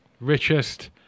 richest